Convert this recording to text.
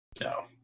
No